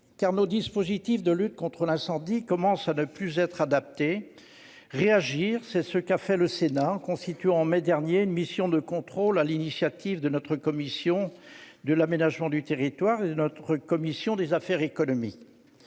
car nos dispositifs de lutte contre l'incendie commencent à ne plus être adaptés. Réagir, c'est ce qu'a fait le Sénat en constituant en mai dernier une mission de contrôle sur l'initiative de notre commission de l'aménagement du territoire et du développement durable et de notre commission des affaires économiques.